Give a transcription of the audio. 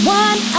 one